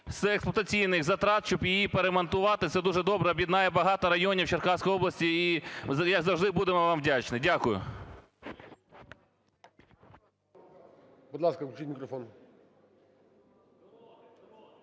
Т-2403…експлуатаційних затрат, щоб її поремонтувати. Це дуже добре, об'єднає багато районів Черкаської області. І, як завжди, буду вам вдячний. Дякую.